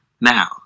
Now